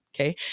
okay